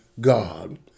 God